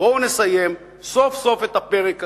בואו נסיים, סוף-סוף, את הפרק הזה.